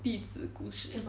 弟子故事